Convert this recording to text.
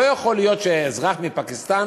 לא יכול להיות שאזרח מפקיסטן